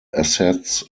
assets